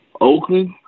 Oakland